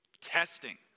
Testing